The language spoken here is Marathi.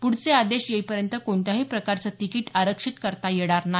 पुढचे आदेश येईपर्यंत कोणत्याही प्रकारचं तिकिट आरक्षित करता येणार नाही